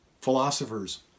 Philosophers